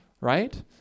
right